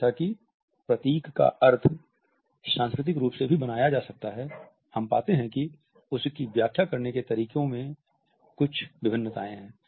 जैसा कि प्रतीक का अर्थ सांस्कृतिक रूप से भी बनाया जा सकता है हम पाते हैं कि उनकी व्याख्या करने के तरीके में कुछ भिन्नताएँ हैं